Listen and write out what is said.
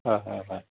হয় হয় হয়